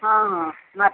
ହଁ ହଁ ମ